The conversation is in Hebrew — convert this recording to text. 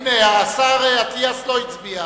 הנה, השר אטיאס לא הצביע,